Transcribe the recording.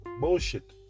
Bullshit